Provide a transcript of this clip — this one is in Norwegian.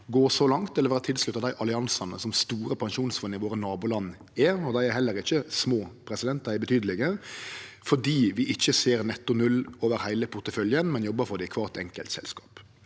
gå så langt eller vere tilslutta dei alliansane som store pensjonsfond i våre naboland er – og dei er heller ikkje små; dei er betydelege – fordi vi ikkje ser netto null over heile porteføljen, men jobbar for det i kvart enkelt selskap.